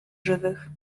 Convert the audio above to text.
żywych